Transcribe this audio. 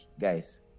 guys